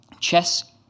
Chess